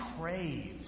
craves